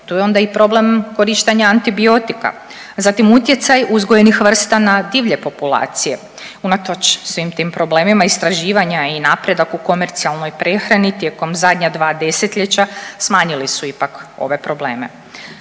Tu je onda i problem korištenja antibiotika. Zatim uzgojenih vrsta na divlje populacije. Unatoč svim tim problemima istraživanja i napredak u komercijalnoj prehrani tijekom zadnja dva desetljeća smanjili su ipak ove probleme.